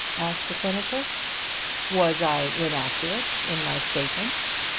asked the senator was i inaccurate in my statements?